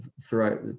throughout